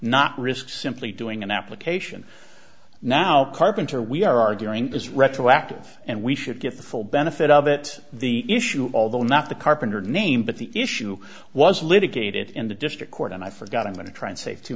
not risk simply doing an application now carpenter we are arguing is retroactive and we should get the full benefit of it the issue although not the carpenter name but the issue was litigated in the district court and i forgot i'm going to try and save two